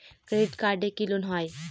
Credit কার্ডে কি loan হয়?